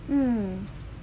um